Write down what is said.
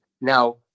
now